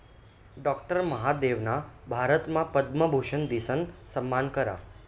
doctor महादेवना भारतमा पद्मभूषन दिसन सम्मान करा